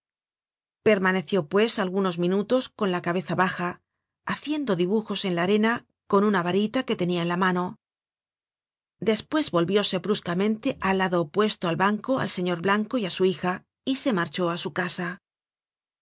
permaneció pues algunos minutos con la cabeza baja haciendo dibujos en la arena con una varita que tenia en la mano despues volvióse bruscamente al lado opuesto al banco al señor blanco y á su hija y se marchó á su casa